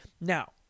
Now